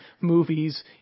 movies